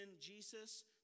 Jesus